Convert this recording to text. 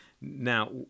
now